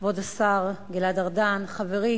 תודה לך, כבוד השר גלעד ארדן, חברי